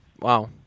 Wow